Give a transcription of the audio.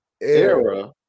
Era